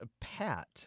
Pat